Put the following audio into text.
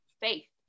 faith